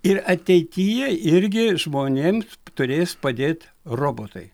ir ateityje irgi žmonėm turės padėt robotai